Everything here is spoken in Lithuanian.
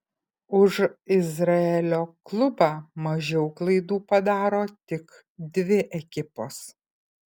už izraelio klubą mažiau klaidų padaro tik dvi ekipos